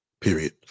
Period